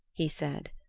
he said.